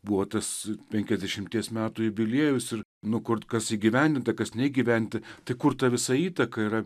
buvo tas penkiasdešimties metų jubiliejus ir nu kur kas įgyvendinta kas negyventa tai kur ta visa įtaka yra